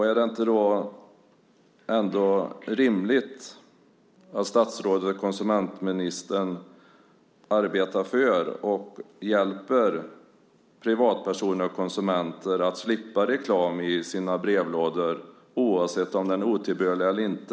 Är det inte rimligt att statsrådet och konsumentministern arbetar för att hjälpa privatpersoner och konsumenter att slippa reklam i sina brevlådor oavsett om den är otillbörlig eller inte?